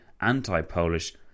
anti-Polish